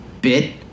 Bit